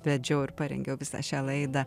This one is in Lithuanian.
vedžiau ir parengiau visą šią laidą